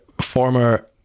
former